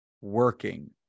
working